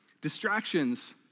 Distractions